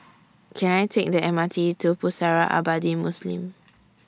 Can I Take The M R T to Pusara Abadi Muslim